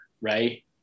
right